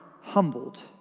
humbled